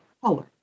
color